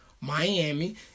Miami